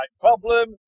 problem